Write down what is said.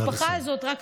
המשפחה הזאת, נא לסיים.